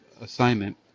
assignment